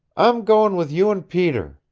i'm goin' with you and peter,